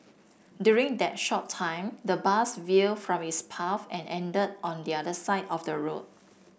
during that short time the bus will from its path and ended on the other side of the road